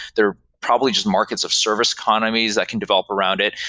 there are probably just markets of service economies that can develop around it,